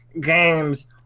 games